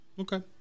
Okay